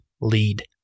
lead